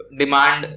demand